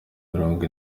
mirongo